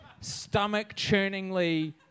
stomach-churningly